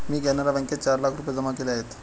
मी कॅनरा बँकेत चार लाख रुपये जमा केले आहेत